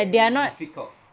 very difficult